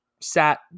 sat